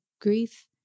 grief